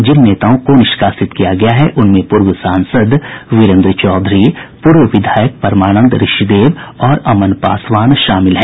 जिन नेताओं को निष्कासित किया गया है उनमें पूर्व सांसद वीरेन्द्र चौधरी पूर्व विधायक परमानंद ऋषिदेव और अमन पासवान शामिल हैं